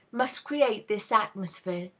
must create this atmosphere.